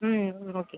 ம் ஓகே